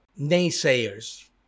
naysayers